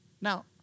Now